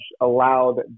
allowed